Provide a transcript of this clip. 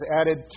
added